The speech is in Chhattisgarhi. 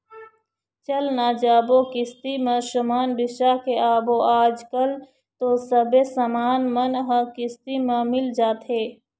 चल न जाबो किस्ती म समान बिसा के आबो आजकल तो सबे समान मन ह किस्ती म मिल जाथे